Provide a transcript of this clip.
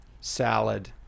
salad